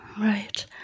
Right